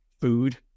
food